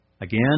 Again